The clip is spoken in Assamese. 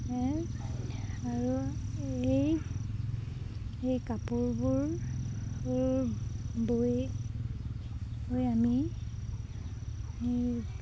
আৰু এই কাপোৰবোৰ বৈ হৈ আমি